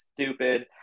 stupid